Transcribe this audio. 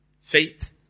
Faith